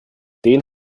den